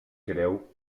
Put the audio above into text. creu